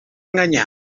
enganyar